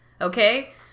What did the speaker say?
okay